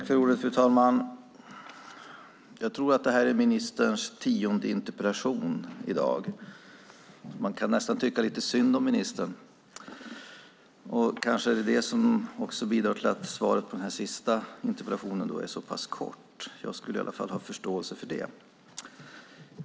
Fru talman! Jag tror att detta är ministerns tionde interpellation i dag. Man kan nästan tycka lite synd om ministern. Kanske det är det som också bidrar till att svaret på den sista interpellationen är så pass kort. Jag skulle i alla fall ha förståelse för det.